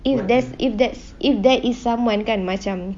if there's if that's if there is someone kan macam